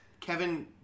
Kevin